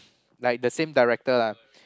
like the same director lah